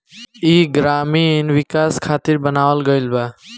ई ग्रामीण विकाश खातिर बनावल गईल बा